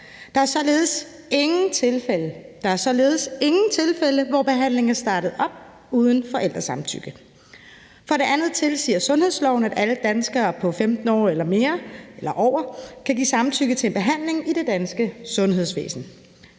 der er således ingen tilfælde! – hvor behandling er startet op uden forældresamtykke. For det andet tilsiger sundhedsloven, at alle danskere på 15 år eller over kan give samtykke til en behandling i det danske sundhedsvæsen.